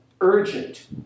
urgent